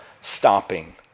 stopping